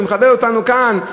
שמכבד אותנו כאן,